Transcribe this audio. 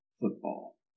football